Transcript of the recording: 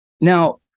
Now